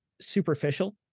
superficial